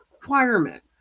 requirement